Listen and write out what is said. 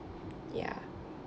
ya